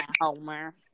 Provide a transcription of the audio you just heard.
Homer